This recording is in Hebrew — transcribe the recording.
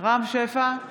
רם שפע,